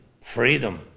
freedom